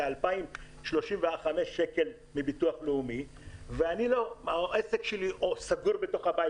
את ה-2,035 שקלים מביטוח לאומי והעסק שלי סגור בתוך הבית